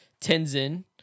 Tenzin